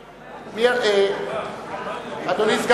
2010,